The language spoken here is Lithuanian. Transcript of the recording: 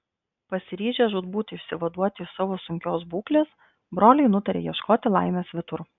pasiryžę žūtbūt išsivaduoti iš savo sunkios būklės broliai nutarė ieškoti laimės svetur